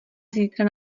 zítra